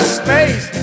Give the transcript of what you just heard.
space